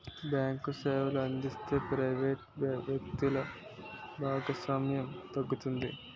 bank సేవలు అందిస్తే private వ్యక్తులు భాగస్వామ్యం తగ్గుతుంది